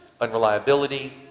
unreliability